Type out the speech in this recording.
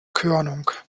körnung